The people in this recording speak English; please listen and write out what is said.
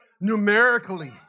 numerically